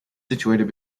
situated